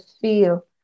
feel